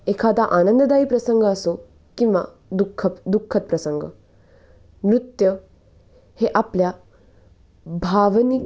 एखादा आनंददायी प्रसंग असो किंवा दुःखद दुःखद प्रसंग नृत्य हे आपल्या भावनिक